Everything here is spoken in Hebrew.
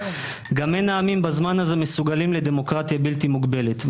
גם אין העמים בזמן הזה מסוגלים לדמוקרטיה בלתי מוגבלת.